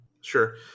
Sure